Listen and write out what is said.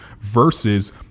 versus